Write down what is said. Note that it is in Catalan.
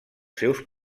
seus